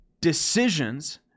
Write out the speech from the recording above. decisions